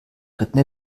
dritten